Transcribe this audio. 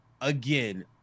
again